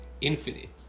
infinite